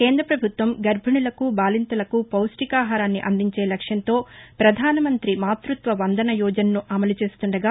కేంద ప్రభుత్వం గర్బిణులకు బాలింతలకు పౌష్ణికాహారాన్ని అందించే లక్ష్యంతో ప్రధాన మంతి మాతృత్వ వందన యోజనను అమలు చేస్తుండగా